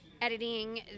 editing